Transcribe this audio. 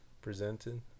presented